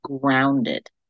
grounded